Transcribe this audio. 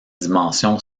dimension